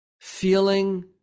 feeling